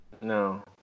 No